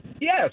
Yes